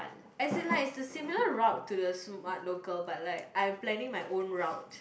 as in like it's a similar route to The-Smart-Local but like I'm planning my own route